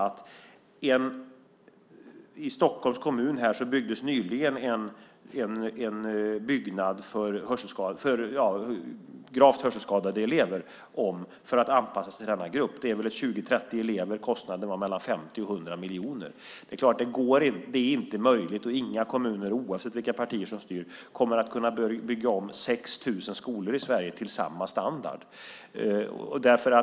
I Stockholms kommun byggdes nyligen en byggnad för gravt hörselskadade elever om för att anpassas till denna grupp. Det är väl 20-30 elever. Kostnaden var 50-100 miljoner. Inga kommuner oavsett vilka partier som styr kommer att kunna bygga om 6 000 skolor i Sverige till samma standard. Det är inte möjligt.